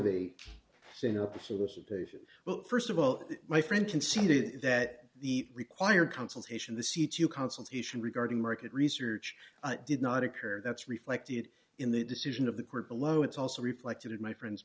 solicitation well st of all my friend conceded that the required consultation the seats you consultation regarding market research did not occur that's reflected in the decision of the court below it's also reflected in my friend's